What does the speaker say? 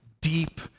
deep